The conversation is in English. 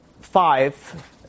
five